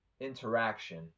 interaction